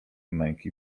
męki